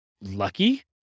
Lucky